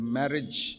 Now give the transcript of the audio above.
marriage